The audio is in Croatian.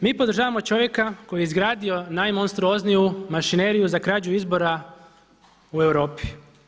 Mi podržavamo čovjeka koji je izgradio najmonstruozniju mašineriju za građu izbora u Europi.